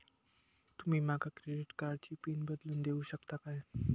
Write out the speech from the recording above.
तुमी माका क्रेडिट कार्डची पिन बदलून देऊक शकता काय?